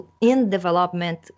in-development